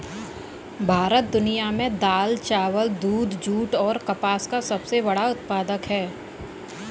भारत दुनिया में दाल, चावल, दूध, जूट और कपास का सबसे बड़ा उत्पादक है